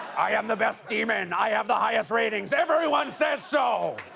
i am the best demon. i have the highest ratings, everyone says so!